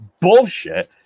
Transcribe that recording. Bullshit